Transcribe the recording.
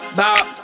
bop